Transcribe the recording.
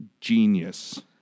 genius